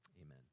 Amen